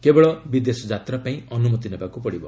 କେବଳ ବିଦେଶ ଯାତ୍ରା ପାଇଁ ଅନୁମତି ନେବାକୁ ପଡ଼ିବ